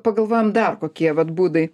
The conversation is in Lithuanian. pagalvojam dar kokie vat būdai